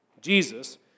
Jesus